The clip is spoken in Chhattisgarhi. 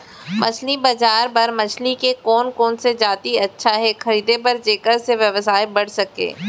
मछली बजार बर मछली के कोन कोन से जाति अच्छा हे खरीदे बर जेकर से व्यवसाय बढ़ सके?